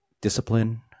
discipline